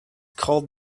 called